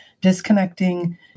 Disconnecting